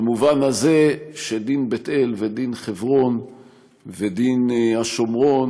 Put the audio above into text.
במובן הזה שדין בית אל ודין חברון ודין השומרון